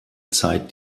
zeit